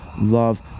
love